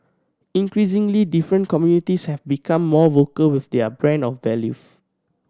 increasingly different communities have become more vocal with their brand of values